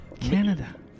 Canada